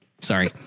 sorry